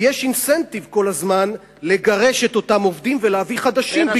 ויש אינסנטיב כל הזמן לגרש עובדים ולהביא חדשים,